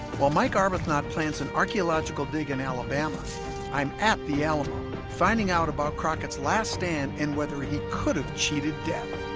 while mike arbuthnot plants an archaeological dig in alabama i'm at the alamo finding out about crockett's last stand and whether he could have cheated death